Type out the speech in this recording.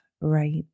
right